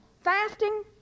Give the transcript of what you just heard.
fasting